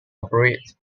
operates